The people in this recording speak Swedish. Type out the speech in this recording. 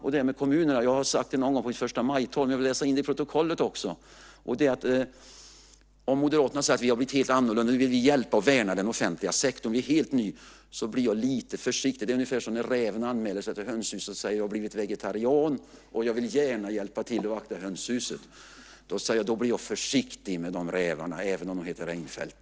När det gäller kommunerna har jag någon gång sagt i ett förstamajtal - jag vill få det fört in i protokollet också - att Moderaterna nu säger att de har blivit helt annorlunda och att de vill hjälpa och värna den offentliga sektorn. Då blir jag lite försiktig. Det är ungefär som när räven anmäler sig till hönshuset och säger: Jag har blivit vegetarian, och jag vill gärna hjälpa till att vakta hönshuset! Då blir jag försiktig med sådana rävar, även om de heter Reinfeldt.